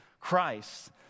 Christ